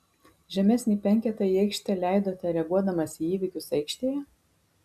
žemesnį penketą į aikštę leidote reaguodamas į įvykius aikštėje